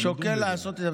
אני שוקל לעשות את זה,